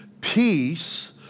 peace